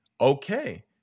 okay